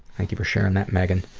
thank you for sharing that meghan.